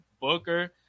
booker